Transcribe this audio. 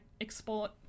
export